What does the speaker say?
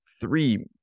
three